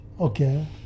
Okay